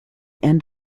end